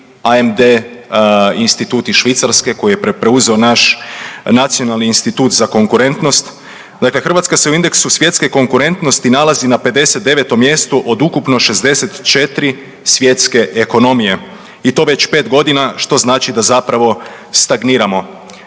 Ind Institut iz Švicarske koji je preuzeo naš nacionalni institut za konkurentnost. Dakle, Hrvatska se u indeksu svjetske konkurentnosti nalazi na 59. mjestu od ukupno 64. svjetske ekonomije i to već 5.g., što znači da zapravo stagniramo.